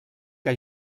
que